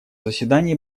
заседании